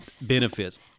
benefits